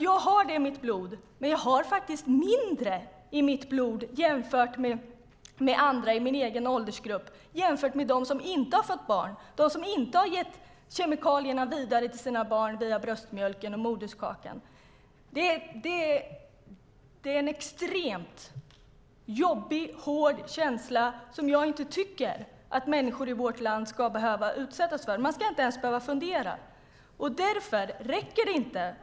Jag har det i mitt blod, men jag har faktiskt mindre i mitt blod än andra i min egen åldersgrupp - de som inte har fött barn och de som inte har gett kemikalierna vidare till sina barn genom bröstmjölken och moderkakan. Det är en extremt jobbig känsla som jag inte tycker att människor i vårt land ska behöva utsättas för. Man ska inte ens behöva fundera.